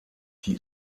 die